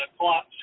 clock